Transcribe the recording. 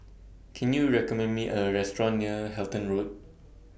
Can YOU recommend Me A Restaurant near Halton Road